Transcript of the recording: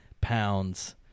pounds